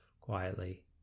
quietly